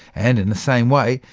and in the same way,